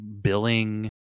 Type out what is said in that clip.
billing